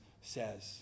says